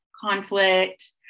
conflict